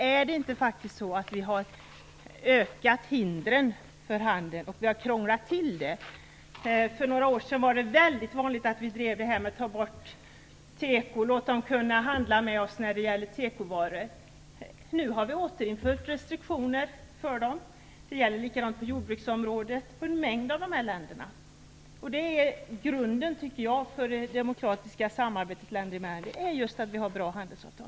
Är det inte så att vi faktiskt har ökat hindren för handeln och krånglat till det? För några år sedan var det väldigt vanligt att vi drev linjen att ta bort regler för tekovaror och låta dessa länder handla med oss. Nu har vi återinfört restriktioner för dem. Det är likadant på jordbruksområdet för en mängd av dessa länder. Grunden för det demokratiska samarbetet länder emellan är just bra handelsavtal.